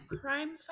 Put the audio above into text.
crime